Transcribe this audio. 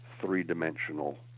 three-dimensional